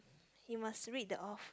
you must read the off